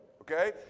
okay